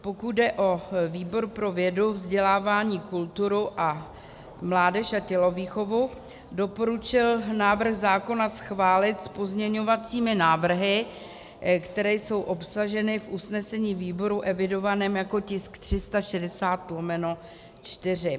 Pokud jde o výbor pro vědu, vzdělávání, kulturu a mládež a tělovýchovu, doporučil návrh zákona schválit s pozměňovacími návrhy, které jsou obsaženy v usnesení výboru evidovaném jako tisk 360/4.